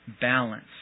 balance